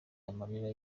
amarira